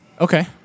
Okay